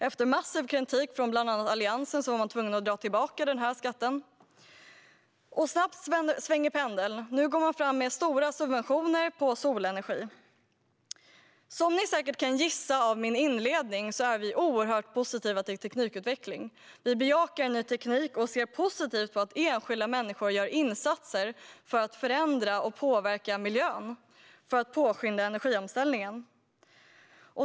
Efter massiv kritik från bland annat Alliansen var man tvungen att dra tillbaka denna skatt, och snabbt svänger pendeln. Nu går man fram med stora subventioner på solenergi. Som ni säkert kan gissa av min inledning är vi oerhört positiva till teknikutveckling. Vi bejakar ny teknik och ser positivt på att enskilda människor gör insatser för att förändra och påverka miljön och påskynda energiomställningen.